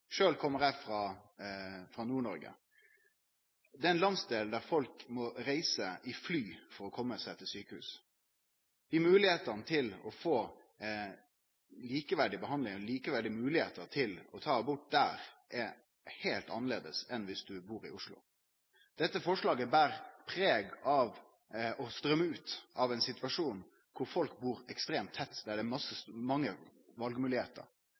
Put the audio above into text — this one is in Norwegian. der folk må reise med fly for å komme seg til sjukehus. Moglegheitene for å få likeverdig behandling og likeverdige moglegheiter til å ta abort der er heilt annleis enn om du bor i Oslo. Dette forslaget ber preg av å strøyme ut av ein situasjon kor folk bur ekstremt tett, der det er